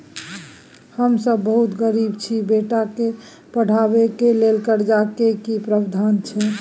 हम सब बहुत गरीब छी, बेटा के पढाबै के लेल कर्जा के की प्रावधान छै?